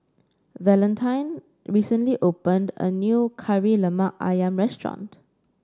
Valentine recently opened a new Kari Lemak ayam restaurant